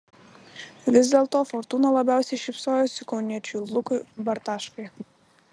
vis dėlto fortūna labiausiai šypsojosi kauniečiui lukui bartaškai